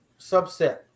subset